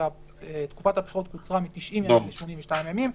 כשתקופת הבחירות קוצרה מ-90 ימים ל-82 ימים.